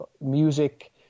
music